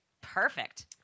Perfect